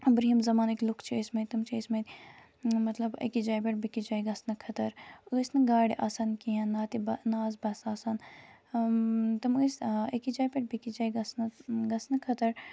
برٛہِم زمانٕکۍ لُکھ چھِ ٲسۍ مٕتۍ تُم چھِ ٲسۍ مٕتۍ مطلب أکِس جایہِ پٮ۪ٹھ بیٚکِس جایہِ گَژھنہٕ خٲطرٕ ٲسۍ نہٕ گاڑِ آسان کِہیٖنۍ نہ تہِ نہ آسہٕ بَسہٕ آسان تِم ٲسۍ أکِس جایہِ پٮ۪ٹھ بیٚکِس جایہِ گژھنہٕ گَژھنہٕ خٲطرٕ